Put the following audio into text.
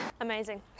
Amazing